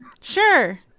Sure